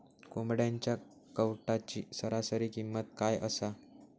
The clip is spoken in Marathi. कोंबड्यांच्या कावटाची सरासरी किंमत काय असा?